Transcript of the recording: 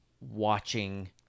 watching